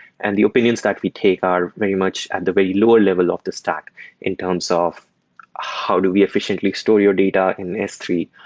and the opinions that we take are very much at the very lower level of the stack in terms ah of how do we efficiently store your data in s three?